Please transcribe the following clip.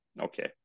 Okay